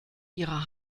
ihrer